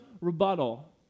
rebuttal